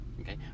okay